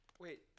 Wait